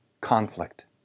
conflict